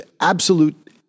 absolute